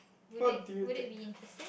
would it would it be interesting